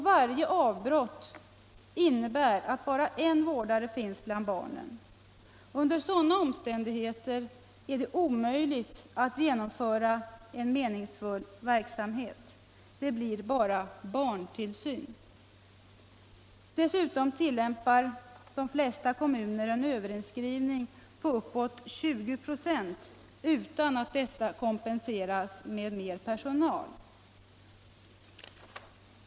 Varje avbrott innebär att bara en vårdare finns bland barnen. Under sådana omständigheter är det omöjligt att genomföra en meningsfull verksamhet, det blir bara 287 ”barntillsyn”. Dessutom tillämpar de flesta kommuner en överinskrivning på uppåt 20 96 utan att denna kompenseras med mer personal.